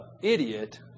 idiot